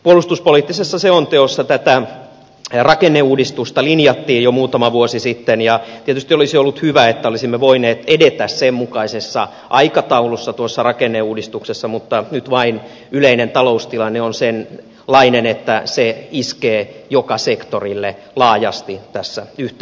puolustuspoliittisessa selonteossa tätä rakenneuudistusta linjattiin jo muutama vuosi sitten ja tietysti olisi ollut hyvä että olisimme voineet edetä sen mukaisessa aikataulussa tuossa rakenneuudistuksessa mutta nyt vain yleinen taloustilanne on sellainen että se iskee joka sektorille laajasti tässä yhteiskunnassa